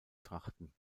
trachten